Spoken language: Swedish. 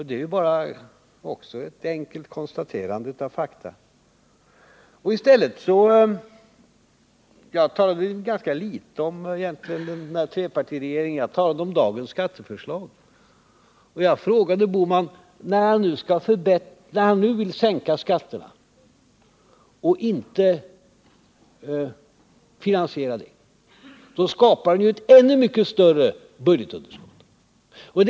Det är också bara ett enkelt konstaterande av fakta. Jag talade egentligen ganska litet om trepartiregeringen. Jag talade om dagens skatteförslag. När Gösta Bohman nu vill sänka skatterna och inte finansiera detta, så skapar han ju ett ännu mycket större budgetunderskott.